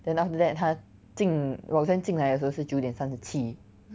then after that 她进 rosanne 进来的时候是九点三十七